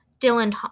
Dylan